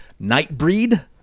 Nightbreed